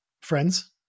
friends